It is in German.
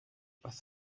was